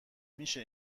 میشه